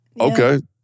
Okay